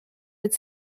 its